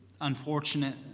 unfortunate